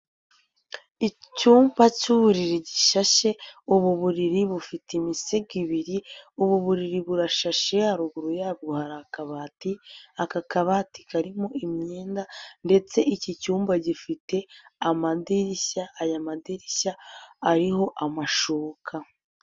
Icyumba cy'uburiri gishashe, ubu buriri bufite imisego ibiri, ubu buriri burashashe haruguru yabwo hari akabati, aka kabati karimo imyenda ndetse iki cyumba gifite amadirishya, aya madirishya ariho amashuka.